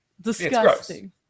Disgusting